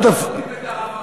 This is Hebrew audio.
אל תפריע,